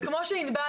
וכמו שענבל